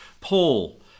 Paul